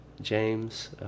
james